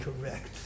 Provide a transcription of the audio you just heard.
correct